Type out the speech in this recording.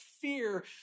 fear